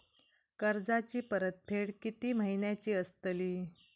कर्जाची परतफेड कीती महिन्याची असतली?